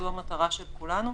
זו המטרה של כולנו,